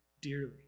dearly